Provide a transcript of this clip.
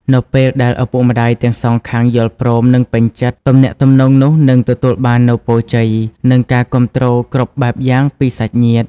នៅពេលដែលឪពុកម្ដាយទាំងសងខាងយល់ព្រម និងពេញចិត្ត ទំនាក់ទំនងនោះនឹងទទួលបាននូវពរជ័យ និងការគាំទ្រគ្រប់បែបយ៉ាងពីសាច់ញាតិ។